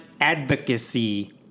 advocacy